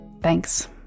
Thanks